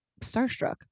starstruck